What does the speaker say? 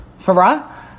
Farah